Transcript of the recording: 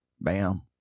Bam